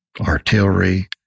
artillery